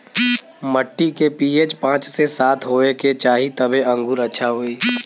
मट्टी के पी.एच पाँच से सात होये के चाही तबे अंगूर अच्छा होई